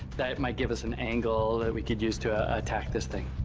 that might give us an angle that we could use to attack this thing.